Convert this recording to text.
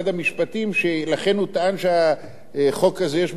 לכן הוא טען שבחוק הזה יש בעיה חוקתית,